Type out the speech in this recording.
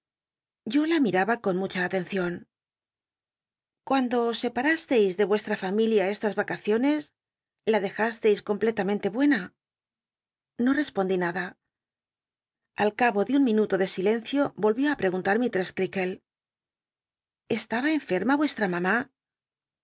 yo la mitaba con mucha atcncion cuando os scpar istcis de nrcstra liunilia c las vacaciones la dcj isteiscomplctamcnte buena o l'cspondi nada al cabo de un miuuto de silencio volvió á preguntar mis quel estaba enferma vuestra mamü